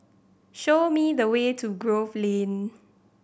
show me the way to Grove Lane